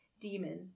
demon